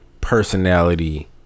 personality